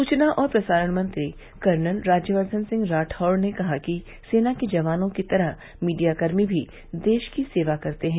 सूचना और प्रसारण मंत्री कर्नल राज्यवर्द्वन सिंह राठौड़ ने कहा है कि सेना के जवानों की तरह मीडियाकर्मी भी देश की सेवा करते हैं